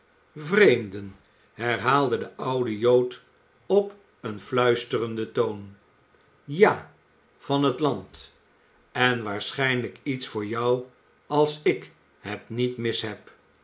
vreemden herhaalde de oude jood op een fluisterenden toon ja van het land en waarschijnlijk iets voor jou als ik het niet mis heb